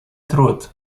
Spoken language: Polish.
trud